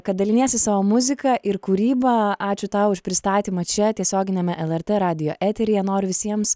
kad daliniesi savo muzika ir kūryba ačiū tau už pristatymą čia tiesioginiame lrt radijo eteryje noriu visiems